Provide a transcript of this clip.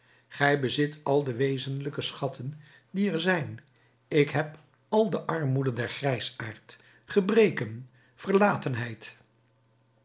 gij bezit al de wezenlijke schatten die er zijn ik heb al de armoede der grijsheid gebreken verlatenheid